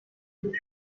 بشکونی